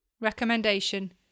Recommendation